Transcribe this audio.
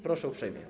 Proszę uprzejmie.